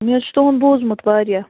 مےٚ حظ چھِ تُہُنٛد بوٗزمُت واریاہ